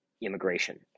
immigration